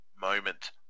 moment